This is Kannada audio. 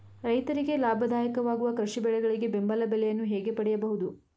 ರೈತರಿಗೆ ಲಾಭದಾಯಕ ವಾಗುವ ಕೃಷಿ ಬೆಳೆಗಳಿಗೆ ಬೆಂಬಲ ಬೆಲೆಯನ್ನು ಹೇಗೆ ಪಡೆಯಬಹುದು?